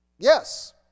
Yes